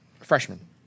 freshman